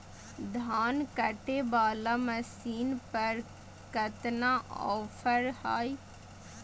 धान कटे बाला मसीन पर कतना ऑफर हाय?